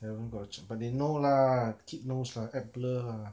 haven't got her but they know lah keep no stru~ act blur lah